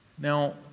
Now